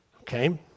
okay